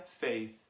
faith